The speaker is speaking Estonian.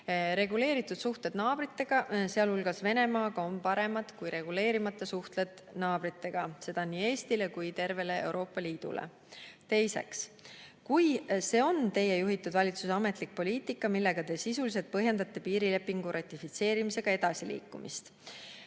Reguleeritud suhted naabritega, sh Venemaaga, on paremad kui reguleerimata suhted naabritega, seda nii Eestile kui ka tervele Euroopa Liidule. Teiseks: "Juhul, kui see on Teie juhitud valitsuse ametlik poliitika, millega Te sisuliselt põhjendate piirilepingu ratifitseerimisega edasiliikumist?"